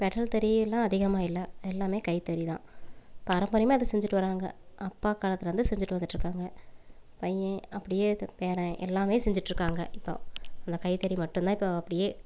pedal தறியெலாம் அதிகமாக இல்லை எல்லாமே கைத்தறி தான் பாரம்பரியமாக அது செஞ்சிட்டு வராங்க அப்பா காலத்திலருந்தே செஞ்சிகிட்டு வந்துகிட்ருக்காங்க பையன் அப்படியே அது பேரன் எல்லாமே செஞ்சிகிட்ருக்காங்க இப்போ அந்த கைத்தறி மட்டும் தான் இப்போ அப்படியே